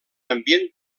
ambient